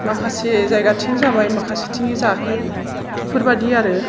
माखासे जायगाथिं जाबाय माखासेथिङै जायाखै बिफोरबायदि आरो